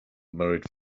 married